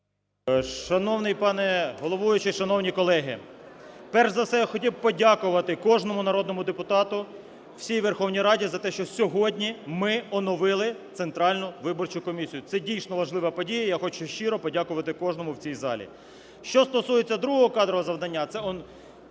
Шановний пане головуючий! Шановні колеги! Перш за все хотів би подякувати кожному народному депутату, всій Верховній Раді за те, що сьогодні ми оновили Центральну виборчу комісію. Це, дійсно, важлива подія, я хочу щиро подякувати кожному в цій залі. Що стосується другого кадрового завдання – це